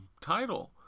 title